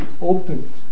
open